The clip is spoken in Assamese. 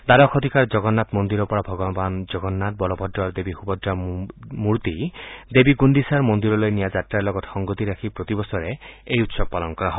দ্বাদশ শতিকাৰ জগন্নাথ মন্দিৰৰ পৰা ভগৱান জগন্নাথ বলভদ্ৰ আৰু দেৱী সুভদ্ৰাৰ মূৰ্তি দেৱী গুণ্ডিছাৰ মন্দিৰলৈ নিয়া যাত্ৰাৰ লগত সংগতি ৰাখি প্ৰতিবছৰে এই উৎসৱ পালন কৰা হয়